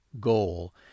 goal